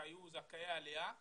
שהיו זכאי עלייה,